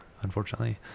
unfortunately